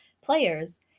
players